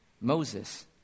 Moses